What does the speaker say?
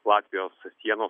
latvijos sienos